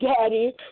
Daddy